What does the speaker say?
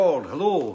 Hello